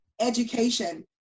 education